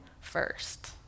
first